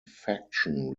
faction